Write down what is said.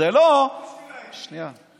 אז תילחמו בשבילם.